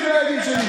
את החיסונים,